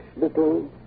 little